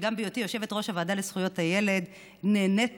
שגם בהיותי יושבת-ראש הוועדה לזכויות הילד נהניתי